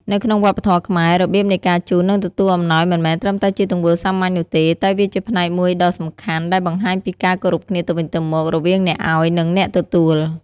នៅក្នុងវប្បធម៌ខ្មែរ របៀបនៃការជូន និងទទួលអំណោយមិនមែនត្រឹមតែជាទង្វើសាមញ្ញនោះទេ តែវាជាផ្នែកមួយដ៏សំខាន់ដែលបង្ហាញពីការគោរពគ្នាទៅវិញទៅមក រវាងអ្នកឲ្យ និងអ្នកទទួល។